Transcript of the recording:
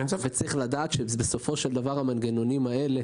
צריך לדעת שבסופו של דבר המנגנונים האלה